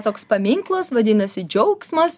toks paminklas vadinasi džiaugsmas